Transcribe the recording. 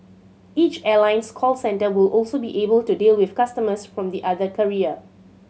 each airline's call centre will also be able to deal with customers from the other carrier